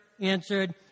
answered